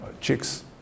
chicks